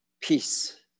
peace